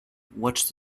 watch